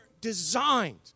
designed